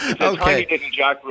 Okay